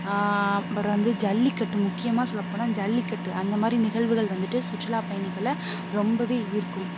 அப்புறோம் வந்து ஜல்லிக்கட்டு முக்கியமாக சொல்ல போனா ஜல்லிக்கட்டு அந்த மாதிரி நிகழ்வுகள் வந்துட்டு சுற்றுலா பயணிகளை ரொம்பவே ஈர்க்கும்